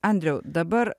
andriau dabar